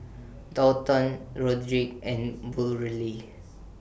Daulton Rodrick and Burley